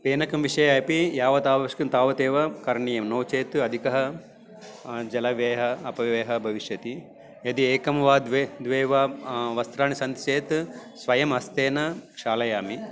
पानकं विषये अपि यावदावश्कं तावदेव करणीयं नो चेत् अधिकः जलव्ययः अपव्ययः भविष्यति यदि एकं वा द्वे द्वे वा वस्त्राणि सन्ति चेत् स्वयम् हस्तेन क्षालयामि